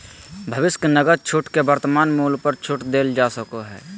भविष्य के नकद छूट के वर्तमान मूल्य पर छूट देल जा सको हइ